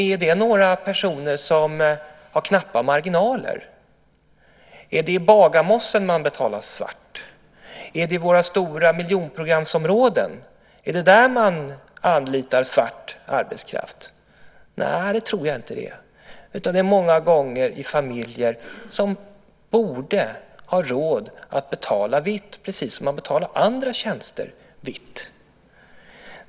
Är det några personer som har knappa marginaler? Är det i Bagarmossen man betalar svart? Är det i våra stora miljonprogramsområden som man anlitar svart arbetskraft? Nej, det tror jag inte att det är, utan det är många gånger familjer som borde ha råd att betala vitt precis som man betalar andra tjänster vitt.